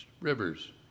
rivers